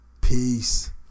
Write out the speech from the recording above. Peace